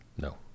No